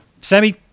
sammy